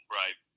right